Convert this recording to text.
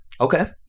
Okay